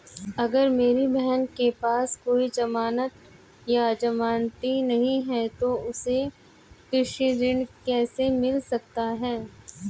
अगर मेरी बहन के पास कोई जमानत या जमानती नहीं है तो उसे कृषि ऋण कैसे मिल सकता है?